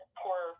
poor